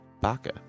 Baka